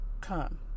come